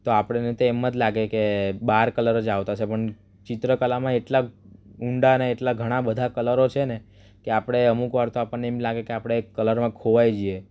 તો આપણને તો એમ જ લાગે કે બાર કલર જ આવતા હશે પણ ચિત્રકલામાં એટલા ઊંડા અને એટલા ઘણા બધા કલરો છે ને કે આપણે અમુક વાર આપણને એમ લાગે કે આપણે કલરમાં ખોવાઈ જઈએ